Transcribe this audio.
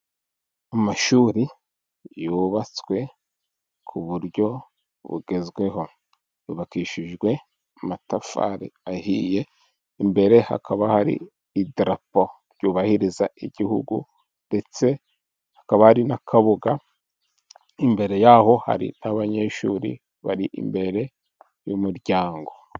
Amashuri yubatswe ku buryo bugezweho, yubakishijwe amatafari ahiye, imbere hakaba hari idarapo ryubahiriza igihugu, ndetse hakaba hari n'akabuga, imbere y'aho hari abanyeshuri bari imbere y'umuryango.